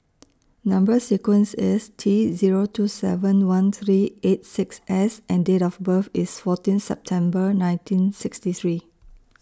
Number sequence IS T Zero two seven one three eight six S and Date of birth IS fourteen September nineteen sixty three